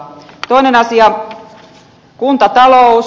toinen asia kuntatalous